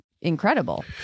incredible